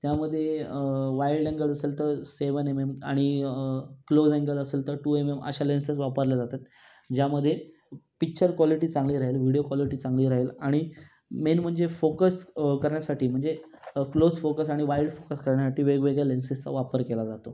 त्यामध्ये wild angle असेल तर सेव्हन एम एम आणि क्लोज अँगल असेल तर टू एम एम अशा लेन्सेस वापरल्या जातात ज्यामध्ये पिक्चर क्वालिटी चांगले राहील व्हिडिओ कॉलिटी चांगली राहील आणि मेन म्हणजे फोकस करण्यासाठी म्हणजे क्लोज फोकस आणि वाईल्ड फॉकस करण्यासाठी वेगवेगळ्या लेन्सेसचा वापर केला जातो